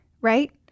right